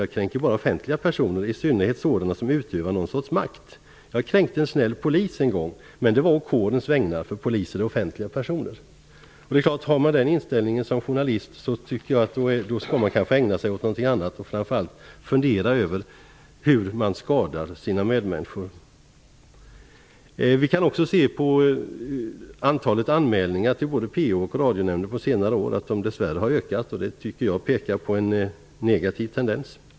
Jag kränker bara offentliga personer, i synnerhet sådana som utövar någon sorts makt. Jag kränkte en snäll polis en gång. Men det var å kårens vägnar, för poliser är offentliga personer. Har man den inställningen som journalist skall man kanske ägna sig åt något annat och framför allt fundera över hur man skadar sina medmänniskor. Vi kan dess värre se att antalet anmälningar till PO och Radionämnden på senare år har ökat. Det pekar på en negativ tendens.